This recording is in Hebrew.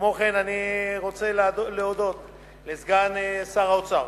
כמו כן אני רוצה להודות לסגן שר האוצר